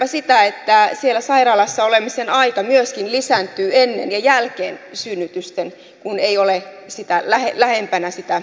mietitäänpä sitä että siellä sairaalassa olemisen aika myöskin lisääntyy ennen ja jälkeen synnytysten kun ei ole lähempänä sitä synnytyspaikkaa